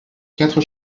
quatre